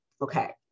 Okay